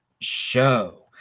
Show